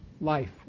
life